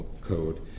code